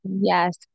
yes